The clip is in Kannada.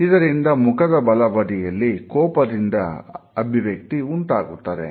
ಇದರಿಂದ ಮುಖದ ಬಲಬದಿಯಲ್ಲಿ ಕೋಪದಿಂದ ಅಭಿವ್ಯಕ್ತಿ ಉಂಟಾಗುತ್ತದೆ